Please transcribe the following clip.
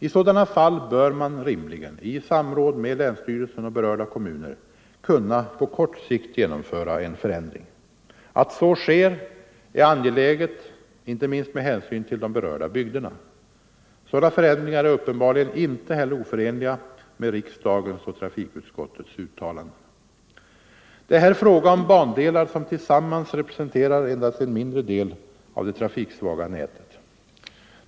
I sådana fall bör man rimligen — i samråd med länsstyrelsen och berörda kommuner —- kunna på kort sikt genomföra en förändring. Att så sker är angeläget inte minst med hänsyn till de berörda bygderna. Sådana förändringar är uppenbarligen inte heller oförenliga med riksdagens och trafikutskottets uttalanden. Det är här fråga om bandelar som tillsammans representerar endast en mindre del av det trafiksvaga nätet.